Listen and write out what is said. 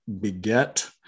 beget